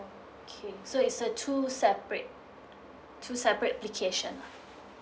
okay so it's a two separate two separate application lah